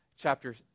chapter